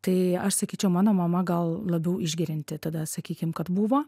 tai aš sakyčiau mano mama gal labiau išgerianti tada sakykim kad buvo